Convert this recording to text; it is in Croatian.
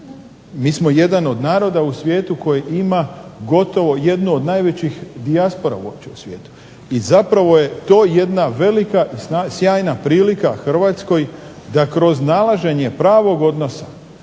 mi smo jedan od naroda u svijetu koji ima gotovo jednu od najvećih dijaspora uopće u svijetu. I zapravo je to jedna velika i sjajna prilika Hrvatskoj da kroz nalaženje pravog odnosa,